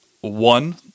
one